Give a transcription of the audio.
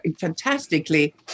fantastically